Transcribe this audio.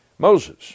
Moses